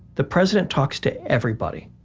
the president talks to everybody.